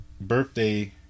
birthday